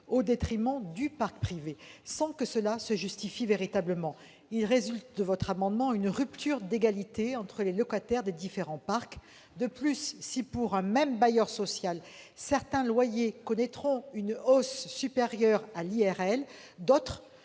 au détriment du parc privé, sans que cela se justifie véritablement. Il résulte de cet amendement une rupture d'égalité entre les locataires des différents parcs. De plus, si, pour un même bailleur social, certains loyers subissent une hausse supérieure à l'IRL, d'autres